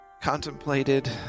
contemplated